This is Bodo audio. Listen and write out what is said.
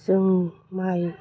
जों माइ